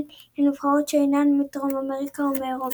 לנבחרות שאינן מדרום אמריקה או מאירופה.